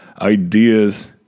ideas